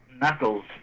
knuckles